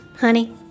honey